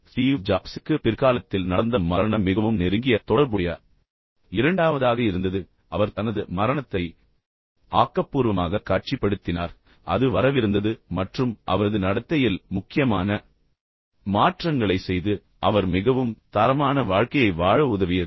Steve ஜாப்ஸுக்கு பிற்காலத்தில் நடந்த மரணம் மிகவும் நெருங்கிய தொடர்புடைய இரண்டாவதாக இருந்தது ஆனால் பின்னர் அவர் தனது மரணத்தை ஆக்கப்பூர்வமாக காட்சிப்படுத்தினார் அது வரவிருந்தது மற்றும் அவரது நடத்தையில் முக்கியமான மாற்றங்களை செய்து அவர் மிகவும் தரமான வாழ்க்கையை வாழ உதவியது